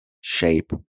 shape